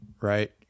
right